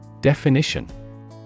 definition